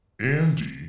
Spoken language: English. Andy